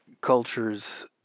cultures